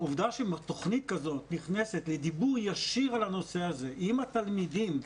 העובדה שתוכנית כזאת נכנסת לדיבור ישיר על הנושא הזה עם התלמידים,